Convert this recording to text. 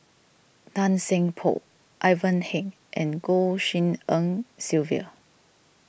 Tan Seng Poh Ivan Heng and Goh Tshin En Sylvia